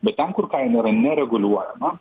bet ten kur kaina yra nereguliuojama